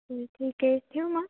ठीक आहे ठेवू मग